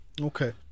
Okay